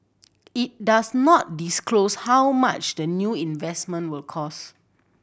it does not disclose how much the new investment will cost